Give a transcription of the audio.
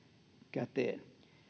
käteen